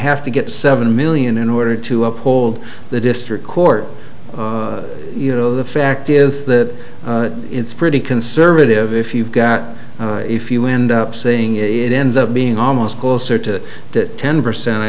have to get seven million in order to uphold the district court you know the fact is that it's pretty conservative if you've got if you wind up saying it ends up being almost closer to that ten percent i